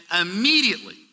immediately